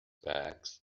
bags